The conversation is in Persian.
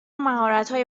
مهارتهای